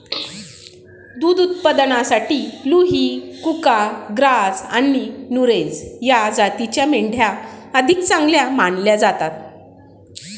दुध उत्पादनासाठी लुही, कुका, ग्राझ आणि नुरेझ या जातींच्या मेंढ्या अधिक चांगल्या मानल्या जातात